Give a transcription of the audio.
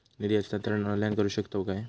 निधी हस्तांतरण ऑनलाइन करू शकतव काय?